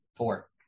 Four